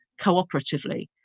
cooperatively